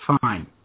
fine